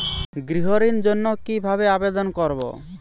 গৃহ ঋণ জন্য কি ভাবে আবেদন করব?